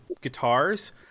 guitars